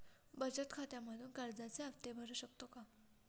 बचत खात्यामधून कर्जाचे हफ्ते भरू शकतो का?